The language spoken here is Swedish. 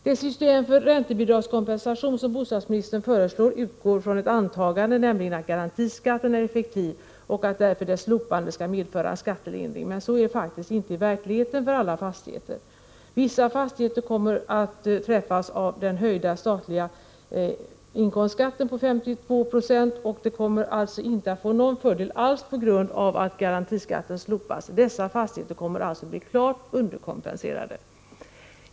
Det system för räntebidragskompensation som bostadsministern föreslår utgår från ett antagande, nämligen att garantiskatten är effektiv och att därför dess slopande skulle medföra en skattelindring. Men så är det faktiskt inte i verkligheten för alla fastigheter. Vissa fastigheter kommer också att träffas av den höjda statliga inkomstskatten på 52 26, och de kommer alltså inte att få någon fördel alls på grund av att garantiskatten slopas. Dessa fastigheter kommer alltså att bli klart underkompenserade.